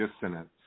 dissonance